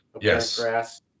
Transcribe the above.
yes